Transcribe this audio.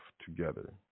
together